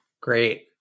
Great